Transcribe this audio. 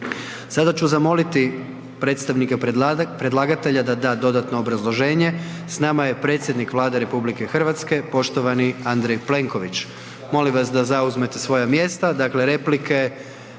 Sada ću zamoliti predstavnika predlagatelja da da dodatno obrazloženje. S nama je predsjednik Vlade RH poštovani Andrej Plenković. Molim vas da zauzmete svoja mjesta, dakle replike